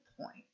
point